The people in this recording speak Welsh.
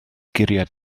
guriad